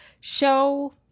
show